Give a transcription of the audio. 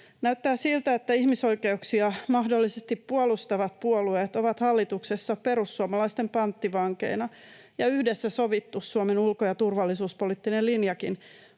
Näyttää siltä, että ihmisoikeuksia mahdollisesti puolustavat puolueet ovat hallituksessa perussuomalaisten panttivankeina, ja yhdessä sovittu Suomen ulko- ja turvallisuuspoliittinen linjakin